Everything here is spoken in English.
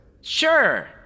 Sure